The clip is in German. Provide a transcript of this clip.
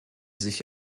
sich